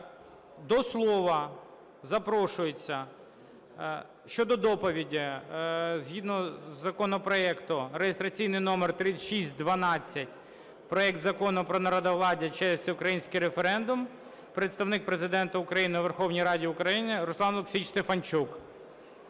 до слова запрошується щодо доповіді згідно законопроекту (реєстраційний номер 3612), проекту Закону про народовладдя через всеукраїнський референдум, Представник Президента України у Верховній Раді України Руслан Олексійович Стефанчук.